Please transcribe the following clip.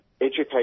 education